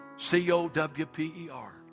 C-O-W-P-E-R